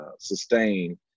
sustain